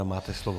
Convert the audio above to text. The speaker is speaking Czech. Máte slovo.